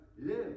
live